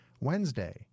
Wednesday